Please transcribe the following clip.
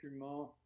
document